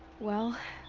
well.